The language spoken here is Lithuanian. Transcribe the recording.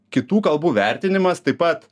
kitų kalbų vertinimas taip pat